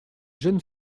jeune